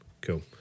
Cool